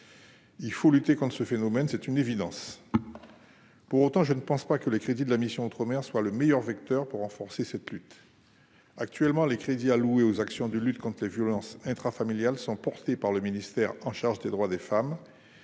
Il faut lutter contre ce phénomène, c'est une évidence. Pour autant, je ne pense pas que les crédits de la mission « Outre-mer » soient le meilleur vecteur pour renforcer cette lutte. Actuellement, les crédits alloués aux actions de lutte contre les violences intrafamiliales sont portés par les services de